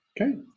Okay